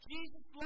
Jesus